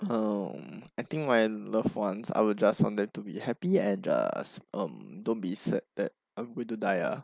um I think my loved ones I will just want them to be happy and the um don't be sad that I'm going to die ah